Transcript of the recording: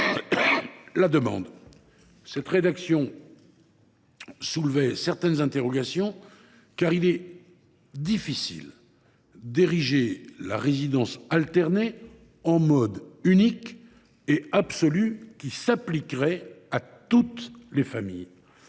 la demande. Une telle rédaction suscitait certaines interrogations, car il est difficile d’ériger la résidence alternée en modèle unique et absolu qui s’appliquerait à toutes les familles.